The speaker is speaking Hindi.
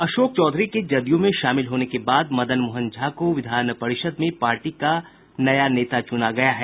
अशोक चौधरी के जदयू में शामिल होने के बाद मदन मोहन झा को विधान परिषद में पार्टी का नेता चुना गया है